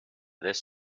this